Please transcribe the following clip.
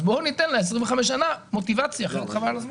אז בואו ניתן ל-25 שנים מוטיבציה כי אחרת חבל על הזמן.